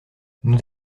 nous